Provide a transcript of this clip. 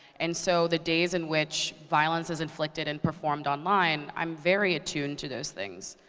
and so the days in which violence is inflicted and performed online, i'm very attuned to those things.